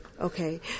Okay